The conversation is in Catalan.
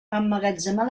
emmagatzemar